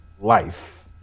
Life